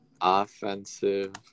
offensive